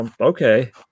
Okay